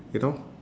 you know